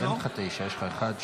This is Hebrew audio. אין לך תשע, יש לך שמונה.